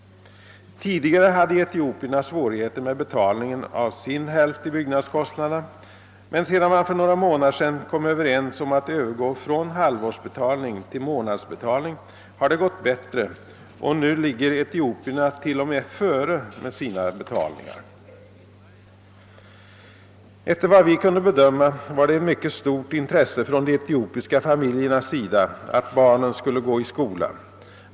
Tidigare hade etiopierna svårigheter med betalningen av sin hälft i byggnadskostnaderna, men sedan man för några månader sedan kom överens om att övergå från halvårsbetalning till månadsbetalning har det gått bättre, och nu ligger etiopierna t.o.m. före med sina betalningar. Efter vad vi kunde bedöma var det ett mycket stort intresse från de etiopiska familjernas sida att barnen skulle gå i skola.